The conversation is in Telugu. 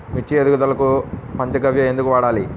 మిర్చి ఎదుగుదలకు పంచ గవ్య ఎందుకు వాడాలి?